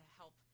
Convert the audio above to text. help